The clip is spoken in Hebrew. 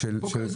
בצו